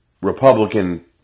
Republican